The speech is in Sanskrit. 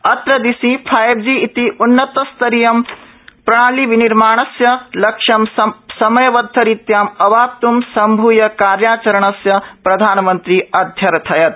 अत्र दिशि फाइव जी इति उन्नतस्तरीयं प्रणालिनिर्माणस्य लक्ष्यं समयबद्धरीत्या अवाप्त् सम्भूय कार्याचरणार्थ प्रधानमन्त्री अध्यर्थयत्